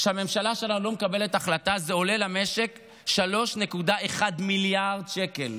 שהממשלה שלנו לא מקבלת החלטה זה עולה למשק 3.1 מיליארד שקל.